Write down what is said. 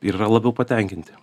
ir yra labiau patenkinti